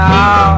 Now